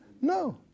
No